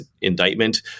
indictment